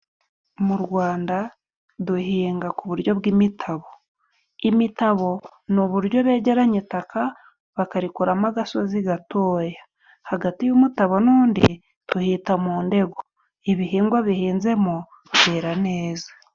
Mu Rwanda duhinga ku buryo bw'imitabo. Imitabo ni uburyo begeranya itaka bakarikoramo agasozi gatoya, hagati y'umutabo n'undi tuhita mu ndego, ibihingwa bihinzemo byera neza.